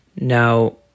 Now